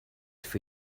for